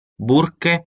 burke